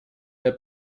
der